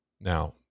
Now